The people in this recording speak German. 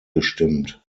gestimmt